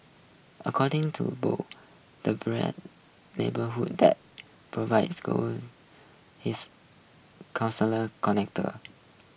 according to Boo the neighbourhood that provides call his council connector